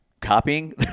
copying